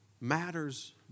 matters